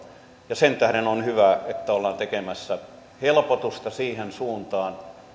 ja sen tähden on hyvä että ollaan tekemässä helpotusta siihen suuntaan